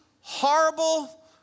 horrible